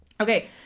Okay